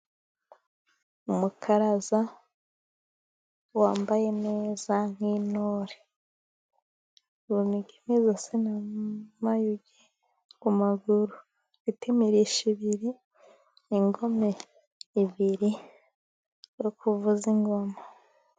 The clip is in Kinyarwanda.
Umukaraza wambaye neza nk'intore mu inigi isa n'amayugi ku maguru, ufite imirishyo ibiri n'ingoma ebyiri ari kuvuza ingoma.